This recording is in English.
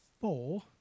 four